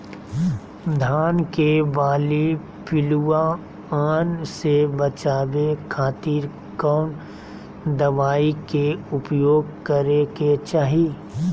धान के बाली पिल्लूआन से बचावे खातिर कौन दवाई के उपयोग करे के चाही?